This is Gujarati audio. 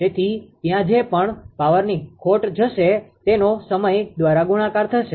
તેથી ત્યાં જે પણ પાવરની ખોટ જશે તેનો સમય દ્વારા ગુણાકાર થશે